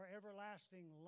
everlasting